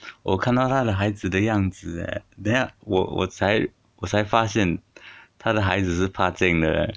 我看到她的孩子的样子 leh then 我我才我才发现她的孩子是的 leh